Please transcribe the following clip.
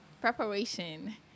preparation